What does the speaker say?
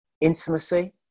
intimacy